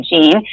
gene